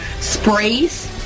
Sprays